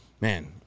Man